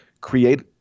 create